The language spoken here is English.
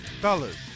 Fellas